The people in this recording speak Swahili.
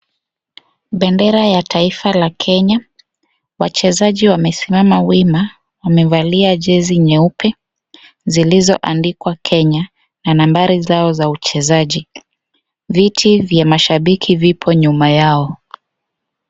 Bendera ya taifa la Kenya wachezaji wamesimama wima wamevalia jezi nyeupe zilizoandikwa Kenya na nambari zao za uchezaji. Viti vya mashabiki vipo nyuma yao.